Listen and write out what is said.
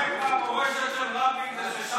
חלק מהמורשת של רבין זה,